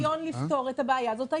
יש לי רעיון לפתור את הבעיה הזאת היום.